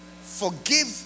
Forgive